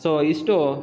so ಇಷ್ಟು